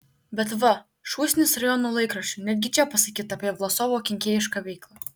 bet va šūsnis rajono laikraščių netgi čia pasakyta apie vlasovo kenkėjišką veiklą